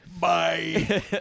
Bye